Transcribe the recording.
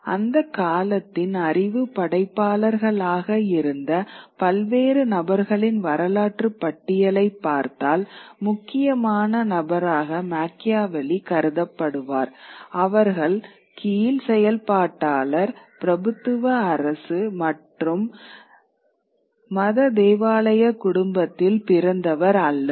அந்தக் காலத்தின் அறிவு படைப்பாளர்களாக இருந்த பல்வேறு நபர்களின் வரலாற்றுப் பட்டியலைப் பார்த்தால் முக்கியமான நபராக மச்சியாவெல்லி கருதப்படுவார் அவர்கள் கீழ் செயல்பாட்டாளர் பிரபுத்துவ அரச மேலும் மத தேவாலய குடும்பத்தில் பிறந்தவர் அல்லர்